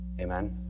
Amen